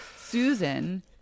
Susan